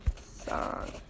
song